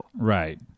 Right